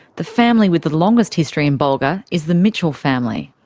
the family with the longest history in bulga is the mitchell family.